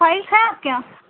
files ہے آپ کے یہاں